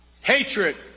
Hatred